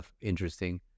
interesting